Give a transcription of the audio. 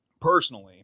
personally